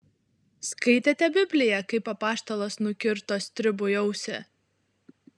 skaitėte bibliją kaip apaštalas nukirto stribui ausį